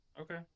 Okay